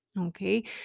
Okay